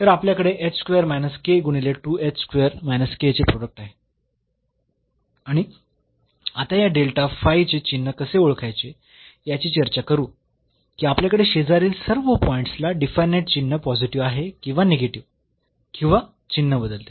तर आपल्याकडे गुणिले चे प्रोडक्ट आहे आणि आता या डेल्टा फाय चे चिन्ह कसे ओळखायचे याची चर्चा करू की आपल्याकडे शेजारील सर्व पॉईंट्सला डिफायनाइट चिन्ह पॉझिटिव्ह आहे किंवा निगेटिव्ह किंवा चिन्ह बदलते